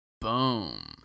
Boom